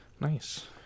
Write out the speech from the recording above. Nice